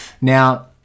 Now